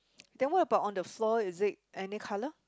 then what about on the floor is it any colour